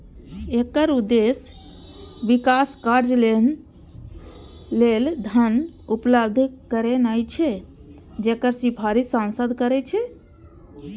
एकर उद्देश्य विकास कार्य लेल धन उपलब्ध करेनाय छै, जकर सिफारिश सांसद करै छै